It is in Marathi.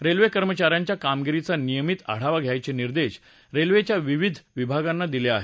रेल्वे कर्मचा यांच्या कामगिरीचा नियमित आढावा घ्यायचे निर्देश रेल्वेच्या विविध विभागांना दिले आहेत